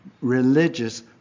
religious